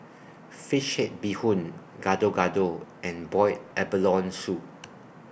Fish Head Bee Hoon Gado Gado and boiled abalone Soup